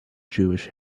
jewish